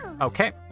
Okay